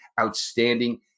outstanding